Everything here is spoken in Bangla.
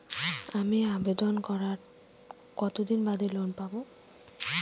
আমি আবেদন করার কতদিন বাদে লোন পাব?